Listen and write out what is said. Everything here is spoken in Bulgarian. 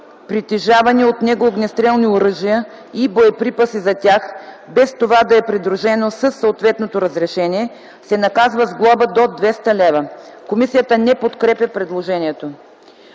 притежавани от него огнестрелни оръжия и боеприпаси за тях без това да е придружено със съответното разрешение, се наказва с глоба до 200 лв.” Комисията не подкрепя предложението.